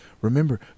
Remember